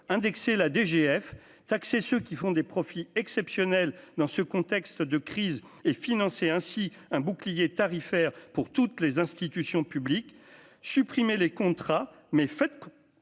indexer la DGF taxer ceux qui font des profits exceptionnels dans ce contexte de crise et financer ainsi un bouclier tarifaire pour toutes les institutions publiques, supprimer les contrats mais faites,